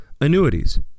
annuities